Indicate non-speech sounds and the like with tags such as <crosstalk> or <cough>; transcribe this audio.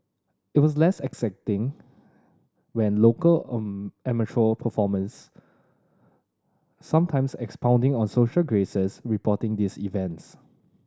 it was less exacting when local <unintelligible> amateur performance sometimes expounding on social graces reporting these events